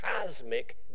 cosmic